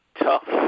tough